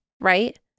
right